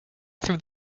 through